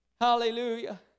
Hallelujah